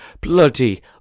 bloody